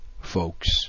folks